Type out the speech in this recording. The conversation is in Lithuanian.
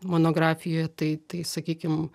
monografijoje tai tai sakykim